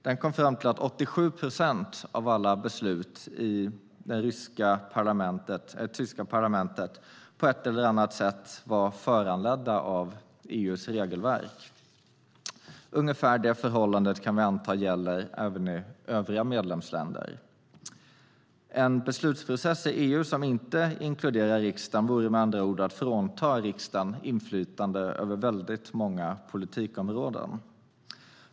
Den kom fram till att 87 procent av alla beslut i det tyska parlamentet på ett eller annat sätt var föranledda av EU:s regelverk. Vi kan anta att ungefär samma förhållande gäller i övriga medlemsländer. En beslutsprocess i EU som inte inkluderar riksdagen vore med andra ord att frånta riksdagen inflytande över många politikområden.